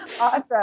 Awesome